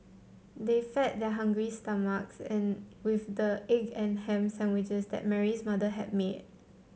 they fed their hungry stomachs with the egg and ham sandwiches that Mary's mother had made